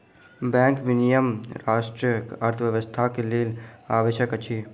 bank विनियमन राष्ट्रक अर्थव्यवस्था के लेल आवश्यक अछि